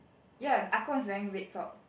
ya the ah gong is wearing red socks